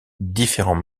différents